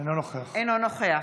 אינו נוכח